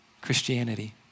Christianity